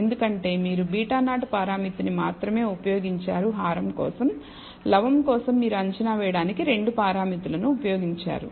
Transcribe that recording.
ఎందుకంటే మీరు β0 పారామితిని మాత్రమే ఉపయోగించారు హారం కోసం లవము కోసం మీరు అంచనా వేయడానికి 2 పారామితులను ఉపయోగించారు